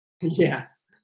Yes